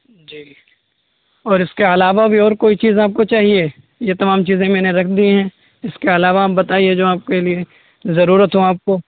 جی اور اس کے علاوہ بھی اور کوئی چیز آپ کو چاہیے یہ تمام چیزیں میں نے رکھ دی ہیں اس کے علاوہ آپ بتائیے جو آپ کے لیے ضرورت ہو آپ کو